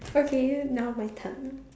okay now my turn